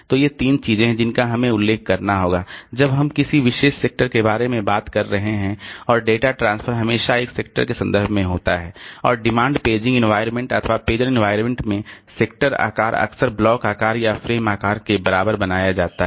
तो ये तीन चीजें हैं जिनका हमें उल्लेख करना होगा जब हम किसी विशेष सेक्टर के बारे में बात कर रहे हैं और डेटा ट्रांसफर हमेशा एक सेक्टर के संदर्भ में होता है और डिमांड पेजिंग इन्वायरमेंट अथवा पेजर इन्वायरमेंट में सेक्टर आकार अक्सर ब्लॉक आकार या फ्रेम आकार के बराबर बनाया जाता है